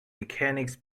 mechanics